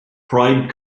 pride